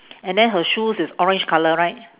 and then her shoes is orange colour right